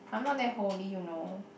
I'm not that holy you know